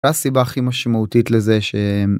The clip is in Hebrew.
והסיבה הכי משמעותית לזה שהם.